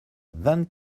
vingt